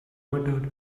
muttered